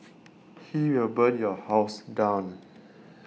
he will burn your house down